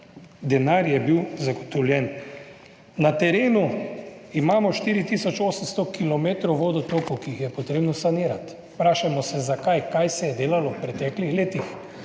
denar je bil zagotovljen. Na terenu imamo 4 tisoč 800 kilometrov vodotokov, ki jih je potrebno sanirati. Vprašajmo se zakaj. Kaj se je delalo v preteklih letih,